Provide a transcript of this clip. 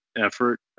effort